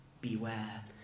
beware